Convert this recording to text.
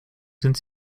sind